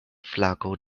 flago